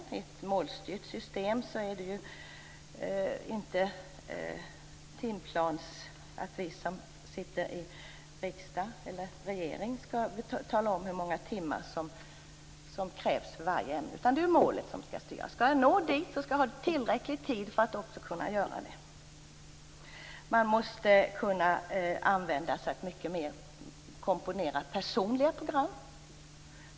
I ett målstyrt system är det inte vi som sitter i riksdag eller regering som skall tala om hur många timmar som krävs för varje ämne, utan det är målet som skall styra. Man måste ha tillräckligt med tid för att nå det uppsatta målet. Man måste vidare kunna använda sig mycket mer av personligt komponerade program.